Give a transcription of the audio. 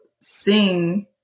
sing